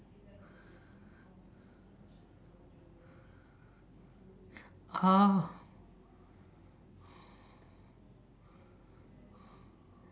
ah